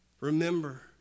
Remember